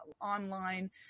online